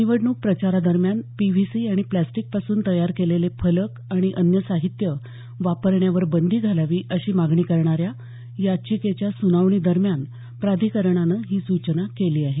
निवडणूक प्रचारा दरम्यान पीव्हीसी आणि प्रॅस्टिक पासून तयार केलेले फलक आणि अन्य साहित्य वापरण्यावर बंदी घालावी अशी मागणी करणाऱ्या याचिकेच्या सुनावणी दरम्यान प्राधिकरणानं ही सुचना केली आहे